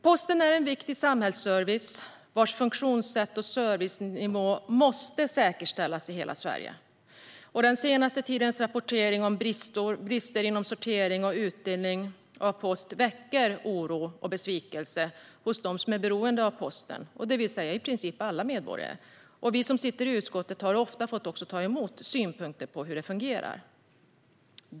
Posten är en viktig samhällsservice vars funktionssätt och servicenivå måste säkerställas i hela Sverige. Den senaste tidens rapportering om brister inom sortering och utdelning av post väcker oro och besvikelse hos dem som är beroende av posten, det vill säga i princip alla medborgare. Vi som sitter i utskottet har också ofta fått ta emot synpunkter på hur det fungerar.